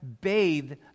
bathed